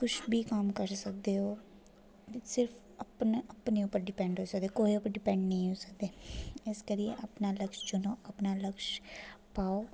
कुछ बी कम्म करी सकदे ओ सिर्फ अपने अपने उप्पर डिपेंड होई सकदे ओ कुसै उप्पर डिपेंड निं होई सकदे इस करी अपना लक्ष्य चुनो अपना लक्ष्य पाओ